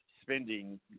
spending